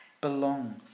belong